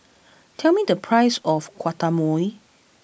tell me the price of Guacamole